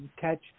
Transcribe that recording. Catch